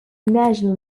national